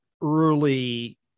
early